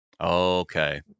Okay